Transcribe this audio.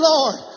Lord